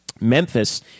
Memphis